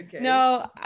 No